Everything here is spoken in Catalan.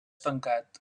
tancat